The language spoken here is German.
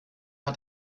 hat